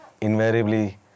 invariably